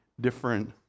different